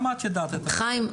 חיים,